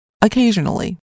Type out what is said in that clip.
Occasionally